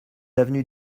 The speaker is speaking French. avenue